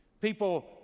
people